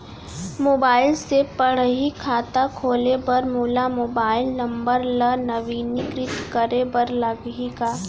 Mobile से पड़ही खाता खोले बर मोला मोबाइल नंबर ल नवीनीकृत करे बर लागही का?